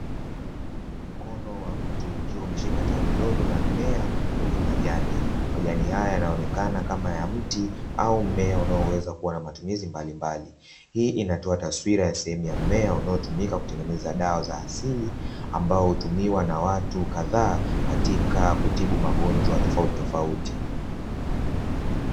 Mkono wa mtu ukiwa umeshika tawi dogo la mmea wenye majani majani haya yanaonekana kama ya mti au mmea unaoweza kuwa na matumizi mbalimbali; hii inatoa taswira ya sehemu ya mmea unaotumika kutengeneza dawa za asili ambao hutumiwa na watu kadhaa katika kutibu magonjwa tofautitofauti.